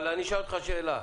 אבל אני אשאל אותך שאלה: